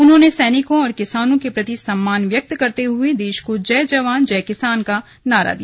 उन्होंने सैनिकों और किसानों के प्रति सम्मान व्यक्त करते हए देश को जय जवान जय किसान का नारा दिया